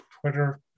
twitter